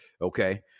Okay